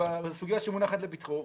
בסוגיה שמונחת לפתחו,